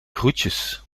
groetjes